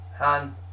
Han